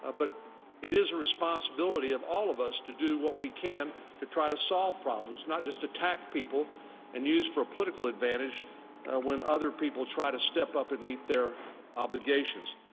ah but it is a responsibility of all of us to do what we can to try to solve problems, not just to attack people and use for political advantage when other people try to step up and meet their obligations.